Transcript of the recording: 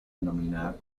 denominada